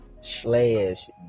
slash